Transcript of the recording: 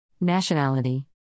Nationality